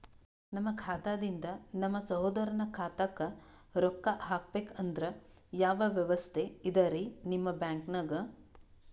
ನಮ್ಮ ಖಾತಾದಿಂದ ನಮ್ಮ ಸಹೋದರನ ಖಾತಾಕ್ಕಾ ರೊಕ್ಕಾ ಹಾಕ್ಬೇಕಂದ್ರ ಯಾವ ವ್ಯವಸ್ಥೆ ಇದರೀ ನಿಮ್ಮ ಬ್ಯಾಂಕ್ನಾಗ?